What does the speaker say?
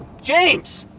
james!